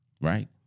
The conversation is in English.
right